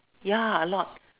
ya a lot